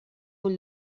ull